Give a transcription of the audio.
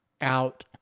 out